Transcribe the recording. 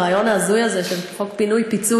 הרעיון ההזוי הזה של חוק פינוי-פיצוי,